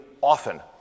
often